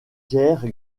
pierre